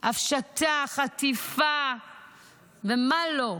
הפשטה, חטיפה ומה לא.